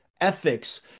ethics